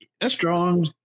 strong